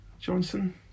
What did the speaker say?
Johnson